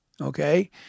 Okay